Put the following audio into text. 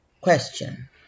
Question